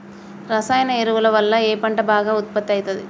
రసాయన ఎరువుల వల్ల ఏ పంట బాగా ఉత్పత్తి అయితది?